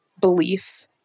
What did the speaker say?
belief